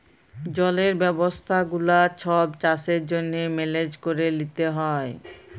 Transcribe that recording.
জলের ব্যবস্থা গুলা ছব চাষের জ্যনহে মেলেজ ক্যরে লিতে হ্যয়